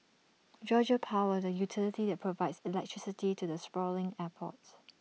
Georgia power the utility that provides electricity to the sprawling airport